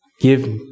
Give